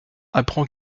apprend